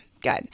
good